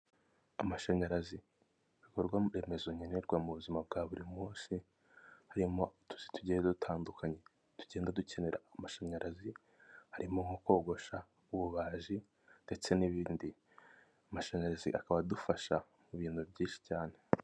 Amashanyarazi ibikorwaremezo nkenerwa mu buzima bwa buri munsi, harimo utuzi tugiye dutandukanye tugenda dukenera amashanyarazi harimo nko kogosha ububaji ndetse n'ibindi, amashanyarazi akaba adufasha mu bintu byinshi cyane.